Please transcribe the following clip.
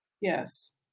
Yes